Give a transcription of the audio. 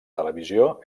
televisió